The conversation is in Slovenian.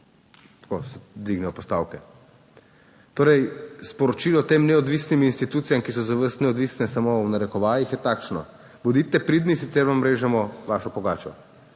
Tako se dvignejo postavke. Torej, sporočilo tem neodvisnim institucijam, ki so za vas neodvisne samo v narekovajih, je takšno: bodite pridni, sicer vam režemo vašo pogačo.